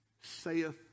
Saith